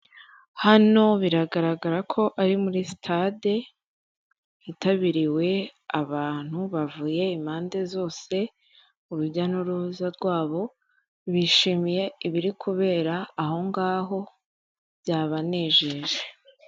Hano biragaragara ko ari muri sitade hitabiriwe abantu bavuye impande zose, urujya n'uruza rwabo. Bishimiye ibiri kubera ahongaho byabanejeje.